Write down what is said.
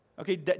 Okay